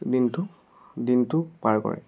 দিনটো দিনটো পাৰ কৰে